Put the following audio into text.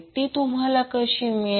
ती तुम्हाला कशी मिळेल